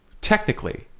Technically